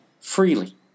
freely